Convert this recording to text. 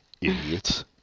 idiots